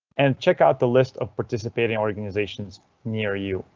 and check out the list of participating organizations near you.